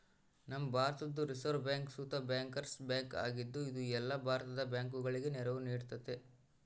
ನಮ್ಮ ಭಾರತುದ್ reserve bank ಸುತ ಬ್ಯಾಂಕರ್ಸ್ ಬ್ಯಾಂಕ್ ಆಗಿದ್ದು, ಇದು ಎಲ್ಲ ಭಾರತದ ಬ್ಯಾಂಕುಗುಳಗೆ ನೆರವು ನೀಡ್ತತೆ